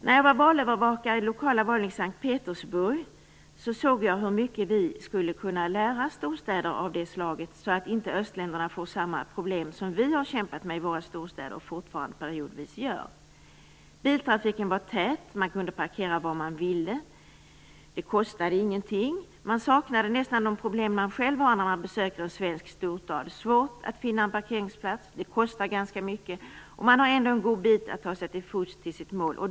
När jag var valövervakare för lokala val i S:t Petersburg såg jag hur mycket vi skulle kunna lära storstäder av det slaget, så att inte östländerna får samma problem som vi har kämpat med i våra storstäder och fortfarande periodvis gör. Biltrafiken var tät, man kunde parkera var man ville, det kostade ingenting. Jag nästan saknade de problem man själv har när man besöker en svensk storstad: Det är svårt att finna en parkeringsplats, det kostar ganska mycket och man har ändå en god bit att ta sig till fots till sitt mål.